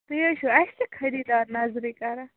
تُہۍ حظ چھِو اَسہِ تہِ خریٖدار نظرٕے کران